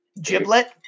Giblet